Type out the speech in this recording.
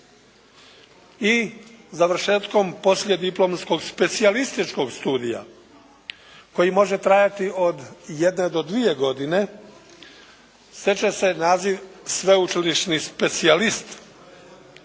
I završetkom poslijediplomskog specijalističkog studija koji može trajati od jedne do dvije godine stječe se naziv: "sveučilišni specijalist".